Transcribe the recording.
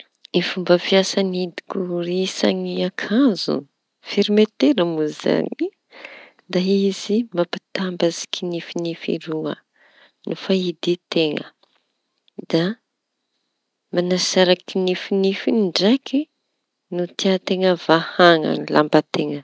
Ny fomba fiasan'ny hidikorisan'ny akanjo fermetira moa zañy. Da izy mampitambatsy kiñifiñify roa no fa hiditeña de da mañasaraky kiñifiñify ndraiky no tiañ-teña vahaña ny lamba teña.